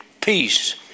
peace